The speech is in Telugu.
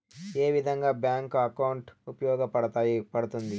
ఏ విధంగా బ్యాంకు అకౌంట్ ఉపయోగపడతాయి పడ్తుంది